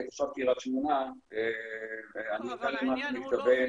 כתושב קרית שמונה אני יודע למה אתה מתכוון